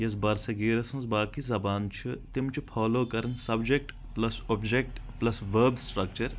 یۄس برصغیٖرس منٛز باقٕے زبانہٕ چھِ تِم چھِ فالو کرن subject plus object plus verb structure